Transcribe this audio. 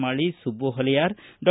ಮಾಳಿ ಸುಬ್ಬು ಹೊಲೆಯಾರ್ ಡಾ